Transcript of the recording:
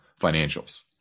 financials